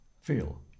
feel